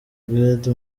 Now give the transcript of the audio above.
gandhi